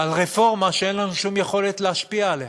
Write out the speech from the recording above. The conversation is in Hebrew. על רפורמה שאין לנו שום יכולת להשפיע עליה,